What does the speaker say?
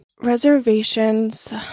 Reservations